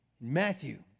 Matthew